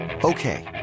Okay